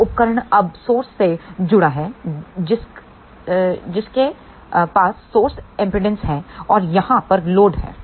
यह उपकरण अब सोर्स से जुड़ा है जिसक जिसके पास सोर्स एमपीडांस है और यहां पर लोड है